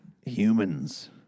humans